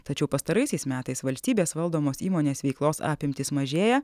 tačiau pastaraisiais metais valstybės valdomos įmonės veiklos apimtys mažėja